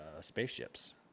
spaceships